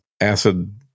acid